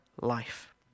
life